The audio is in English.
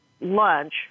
lunch